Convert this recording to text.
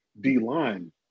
D-line